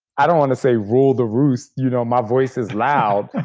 i don't want to say rule the roost, you know my voice is loud.